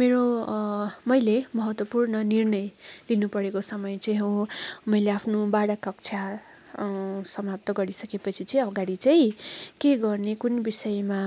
मेरो मैले महत्त्वपूर्ण निर्णय लिनुपरेको समय चाहिँ हो मैले आफ्नो बाह्र कक्षा समाप्त गरिसकेपछि चाहिँ अगाडि चाहिँ के गर्ने कुन विषयमा